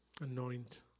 anoint